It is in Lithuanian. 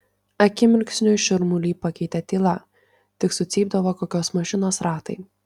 akimirksniu šurmulį pakeitė tyla tik sucypdavo kokios mašinos ratai